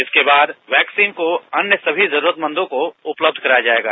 इसके बाद वैक्सीन को अन्य सभी जरूरतमंदों को उपलब्ध कराया जाएगा